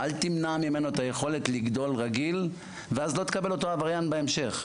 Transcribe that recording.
אל תמנעו מהם את היכולת לגדול רגיל ואז לא תקבלו אותם עבריינים בהמשך.